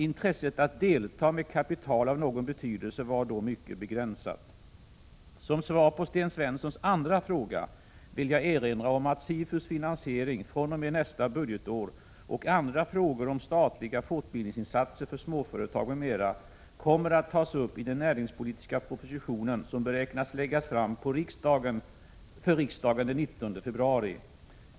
Intresset att delta med kapital av någon betydelse var då mycket begränsat. Som svar på Sten Svenssons andra fråga vill jag erinra om att SIFU:s finansiering fr.o.m. nästa budgetår och andra frågor om statliga fortbildningsinsatser för småföretag m.m. kommer att tas upp i den näringspolitiska proposition som beräknas läggas fram för riksdagen den 19 februari.